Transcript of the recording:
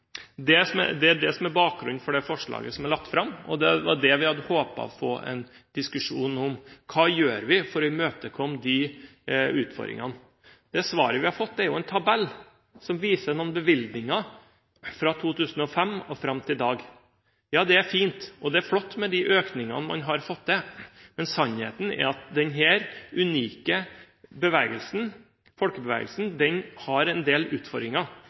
Det er bakgrunnen for det forslaget som er lagt fram, og det var det vi hadde håpet å få en diskusjon om: Hva gjør vi for å imøtekomme de utfordringene? Svaret vi har fått, er en tabell som viser noen bevilgninger fra 2005 og fram til i dag. Ja, det er fint. Det er flott med de økningene man har fått til. Men sannheten er at denne unike bevegelsen – denne folkebevegelsen – har en del utfordringer,